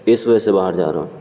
اس وجہ سے باہر جا رہا ہوں